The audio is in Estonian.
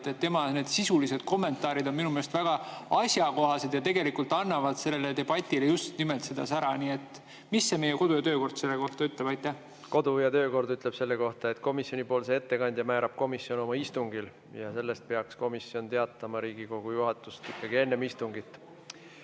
Tema sisulised kommentaarid on minu meelest väga asjakohased ja tegelikult annavad sellele debatile just nimelt sära. Mis meie kodu- ja töökord selle kohta ütleb? Kodu- ja töökord ütleb selle kohta, et komisjonipoolse ettekandja määrab komisjon oma istungil ja sellest peaks komisjon teatama Riigikogu juhatusele ikkagi enne istungit.